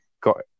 got